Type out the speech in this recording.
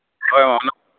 ᱦᱳᱭ ᱚᱱᱟ